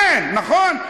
כן, נכון?